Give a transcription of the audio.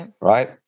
right